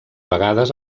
vegades